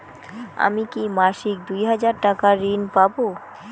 আমি কি মাসিক দুই হাজার টাকার ঋণ পাব?